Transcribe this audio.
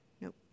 Nope